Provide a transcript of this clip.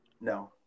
No